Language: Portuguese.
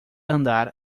andar